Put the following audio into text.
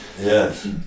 yes